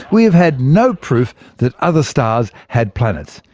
we have had no proof that other stars had planets.